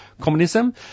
communism